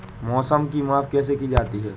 मौसम की माप कैसे की जाती है?